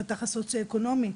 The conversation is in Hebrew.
החתך הסוציואקונומי,